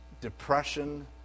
depression